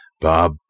Bob